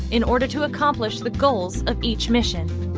in order to accomplish the goals of each mission,